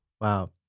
Wow